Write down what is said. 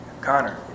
Connor